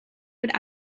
would